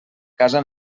casa